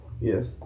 Yes